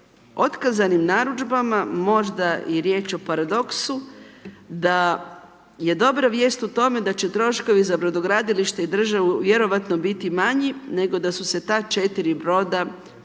otkazanim narudžbama možda i riječ o paradoksu da je dobra vijest o tome da će troškovi za brodogradilište i državu vjerojatno biti manji, nego da su se ta 4 broda izgradila